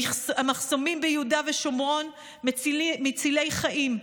המחסומים ביהודה ושומרון מצילי חיים.